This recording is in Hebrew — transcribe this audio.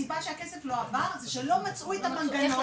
והסיבה שהכסף לא עבר היא שלא מצאו את המנגנון,